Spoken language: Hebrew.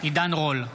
עידן רול,